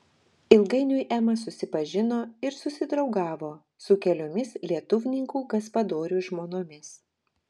ilgainiui ema susipažino ir susidraugavo su keliomis lietuvninkų gaspadorių žmonomis